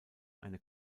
eine